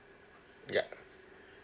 ya